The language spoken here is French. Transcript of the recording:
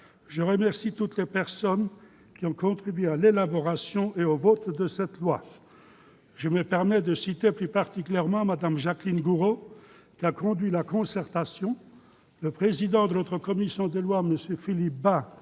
je remercie toutes les personnes qui ont contribué à l'élaboration et au vote de ce texte. Je tiens à mentionner plus particulièrement Mme Jacqueline Gourault, qui a conduit la concertation, le président de notre commission des lois, M. Philippe Bas,